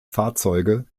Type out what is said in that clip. fahrzeuge